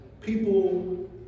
people